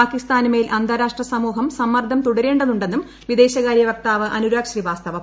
പാക്കിസ്ഥാന് മേൽ അന്താരാഷ്ട്ര സമൂഹം സമ്മർദ്ദം തുടരേണ്ടതുണ്ടെന്നും വിദേശകാര്യ വക്താവ് വക്താവ് അനുരാഗ് ശ്രീവാസ്തവ പറഞ്ഞു